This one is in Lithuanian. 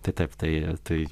tai taip tai tai